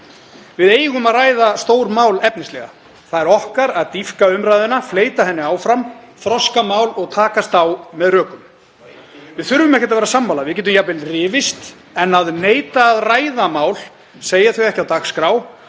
Við eigum að ræða stór mál efnislega. Það er okkar að dýpka umræðuna, fleyta henni áfram, þroska mál og takast á með rökum. Við þurfum ekkert að vera sammála, við getum jafnvel rifist, en að neita að ræða mál, segja þau ekki á dagskrá,